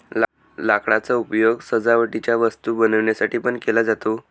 लाकडाचा उपयोग सजावटीच्या वस्तू बनवण्यासाठी पण केला जातो